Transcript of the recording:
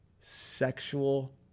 sexual